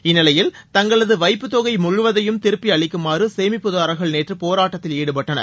இந்நிலையில் தங்களது வைப்பு தொகை முழுவதையும் திருப்பி அளிக்குமாறு சேமிப்புதரார்கள் நேற்று போராட்டத்தில் ஈடுபட்டனர்